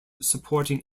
supporting